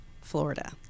Florida